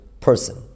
person